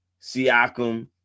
Siakam